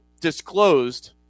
disclosed